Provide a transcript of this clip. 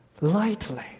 lightly